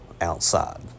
outside